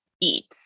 eats